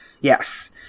Yes